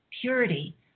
purity